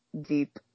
deep